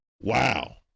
Wow